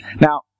Now